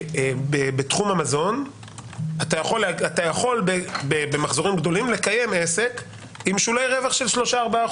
בתחום המזון אתה יכול במחזורים גדולים לקיים עסק עם שולי רווח של 3%-4%.